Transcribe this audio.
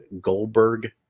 Goldberg